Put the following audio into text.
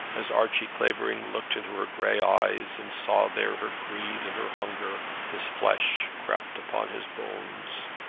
as archie clavering looked into her grey eyes, and saw there her greed and her hunger, his flesh crept upon his bones.